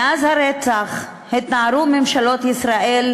מאז הרצח התנערו ממשלות ישראל